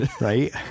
Right